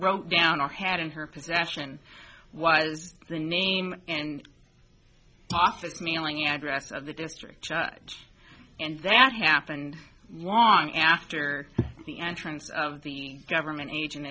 wrote down or had in her possession was the name and office mailing address of the district and that happened long after the entrance of the government agent